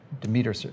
Demeter